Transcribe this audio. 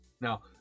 now